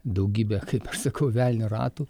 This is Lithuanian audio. daugybę kaip aš sakau velnio ratų